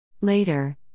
Later